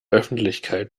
öffentlichkeit